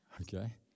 Okay